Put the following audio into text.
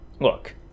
look